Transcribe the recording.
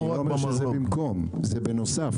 אני לא אומר שזה במקום, זה בנוסף.